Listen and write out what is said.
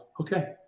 okay